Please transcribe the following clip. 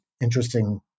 interesting